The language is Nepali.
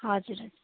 हजुर